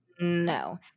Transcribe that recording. No